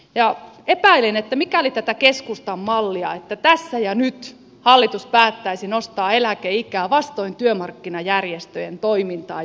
väittäisin kyllä että mikäli noudatettaisiin tätä keskustan mallia että tässä ja nyt hallitus päättäisi nostaa eläkeikää vastoin työmarkkinajärjestöjen toimintaan